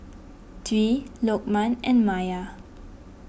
Dwi Lokman and Maya